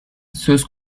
söz